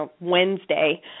Wednesday